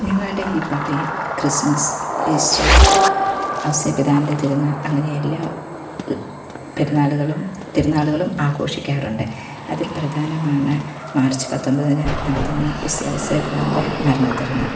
ഞങ്ങളുടെ ഈ പള്ളിയിൽ ക്രിസ്മസ് ഈസ്റ്റർ ഔസേപ്പ് പിതാവിൻ്റെ തിരുന്നാൾ അങ്ങനെ എല്ലാം പെരുന്നാളുകളും തിരുന്നാളുകളും ആഘോഷിക്കാറുണ്ട് അതിൽ പ്രധാനമാണ് മാർച്ച് പത്തൊമ്പതിന് നടത്തുന്ന മിശിഹ ഔസേപ്പ് പിതാവിൻ്റെ മരണ തിരുന്നാൾ